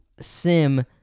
sim